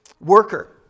worker